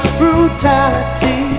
brutality